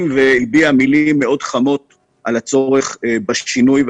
והביע מילים מאוד חמות לגבי הצורך בשינוי.